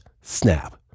snap